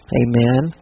amen